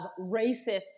racist